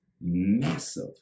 massive